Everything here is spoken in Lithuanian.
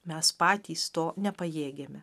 mes patys to nepajėgiame